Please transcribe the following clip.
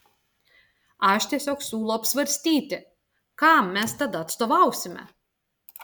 aš tiesiog siūlau apsvarstyti kam mes tada atstovausime